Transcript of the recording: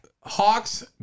Hawks